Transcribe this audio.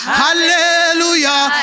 hallelujah